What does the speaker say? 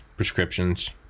Prescriptions